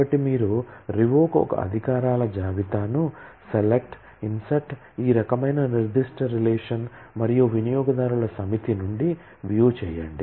కాబట్టి మీరు రివోక్ ఒక అధికారాల జాబితాను సెలెక్ట్ ఇన్సర్ట్ ఈ రకమైన నిర్దిష్ట రిలేషన్ మరియు వినియోగదారుల సమితి నుండి వ్యూ చేయండి